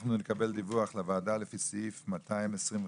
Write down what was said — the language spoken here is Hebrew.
אנחנו נקבל דיווח לוועדה לפי סעיף 225ד(ד)